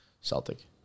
Celtic